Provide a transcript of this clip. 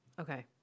Okay